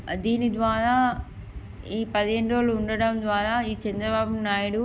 దీని ద్వారా ఈ పదిహేను రోజులు ఉండడం ద్వారా ఈ చంద్రబాబు నాయుడు